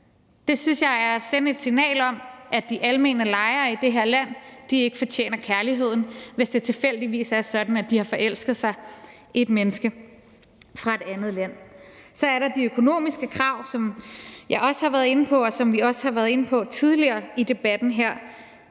Det synes jeg er at sende et signal om, at de almene lejere i det her land ikke fortjener kærligheden, hvis det tilfældigvis er sådan, at de har forelsket sig i et menneske fra et andet land. Så er der de økonomiske krav, som jeg også har været inde på, og som vi også har været inde på tidligere i debatten her.